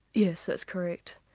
yes, that's correct.